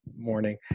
morning